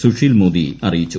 സുശീൽ മോദി അറിയിച്ചു